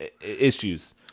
issues